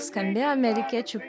skambėjo amerikiečių